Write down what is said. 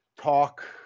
talk